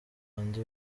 bandi